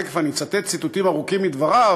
תכף אני אצטט ציטוטים ארוכים מדבריו,